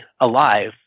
alive